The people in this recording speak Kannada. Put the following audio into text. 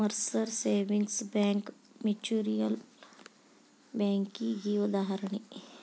ಮರ್ಸರ್ ಸೇವಿಂಗ್ಸ್ ಬ್ಯಾಂಕ್ ಮ್ಯೂಚುಯಲ್ ಬ್ಯಾಂಕಿಗಿ ಉದಾಹರಣಿ